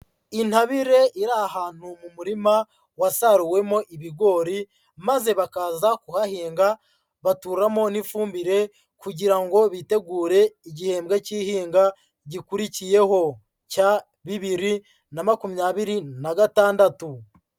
Intabire iri ahantu mu murima wasaruwemo ibigori maze bakaza kuhahinga baturamo n'ifumbire kugira ngo bitegure igihembwe k'ihinga gikurikiyeho cya bibiri na makumyabiri na gatandatu.